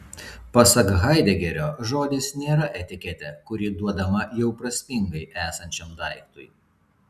pasak haidegerio žodis nėra etiketė kuri duodama jau prasmingai esančiam daiktui